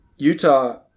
Utah